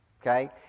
okay